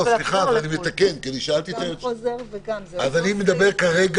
על חוזר,